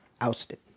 ousted